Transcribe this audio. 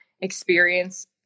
experience